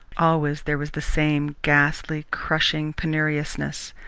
always there was the same ghastly, crushing penuriousness,